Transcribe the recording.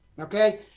okay